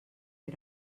que